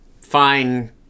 fine